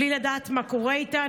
בלי לדעת מה קורה איתן,